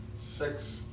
six